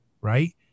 right